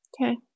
Okay